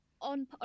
on